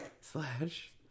Slash